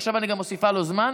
ועכשיו אני גם מוסיפה לו זמן.